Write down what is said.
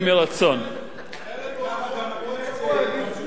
כך גם הכנסת ממשיכה לנשום